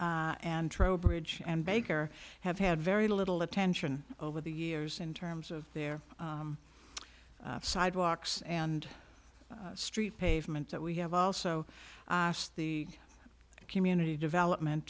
trowbridge and baker have had very little attention over the years in terms of their sidewalks and street pavement that we have also asked the community development